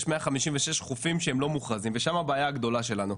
יש 156 חופים שהם לא מוכרזים ושם הבעיה הגדולה שלנו,